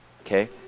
okay